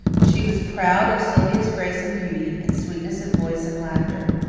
she was proud of sylvia's grace and beauty, and sweetness of voice and laughter.